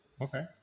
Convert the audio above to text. Okay